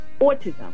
autism